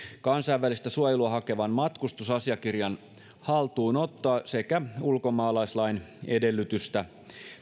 kansainvälistä suojelua hakevan matkustusasiakirjan haltuunottoa sekä ulkomaalaislain edellytystä